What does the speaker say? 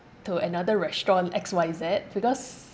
to another restaurant X Y Z because